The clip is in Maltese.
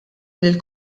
lill